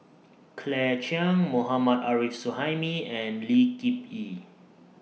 Claire Chiang Mohammad Arif Suhaimi and Lee Kip Yee